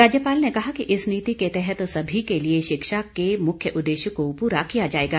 राज्यपाल ने कहा कि इस नीति के तहत सभी के लिए शिक्षा के मुख्य उद्देश्य को पूरा किया जाएगा